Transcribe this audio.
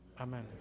Amen